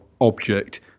object